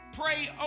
pray